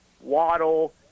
Waddle